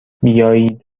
بیایید